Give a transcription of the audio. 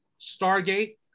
Stargate